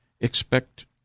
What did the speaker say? expect